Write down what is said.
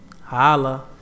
Holla